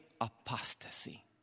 apostasy